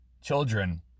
children